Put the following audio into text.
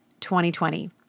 2020